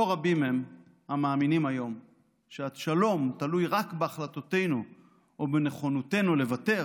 לא רבים הם המאמינים היום שהשלום תלוי רק בהחלטותינו או בנכונותנו לוותר